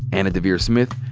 anna deavere smith,